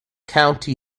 county